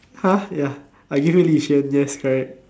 !huh! ya I give you li-xuan yes correct